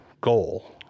goal